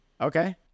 Okay